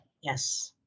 yes